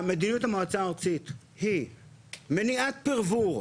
מדיניות המועצה הארצית היא מניעת פירבור,